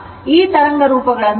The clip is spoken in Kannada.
ಈ ತರಂಗರೂಪಗಳನ್ನು ನೋಡಿ